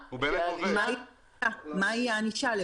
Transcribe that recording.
אם כבר מחליטים שהילדים נשארים